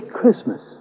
Christmas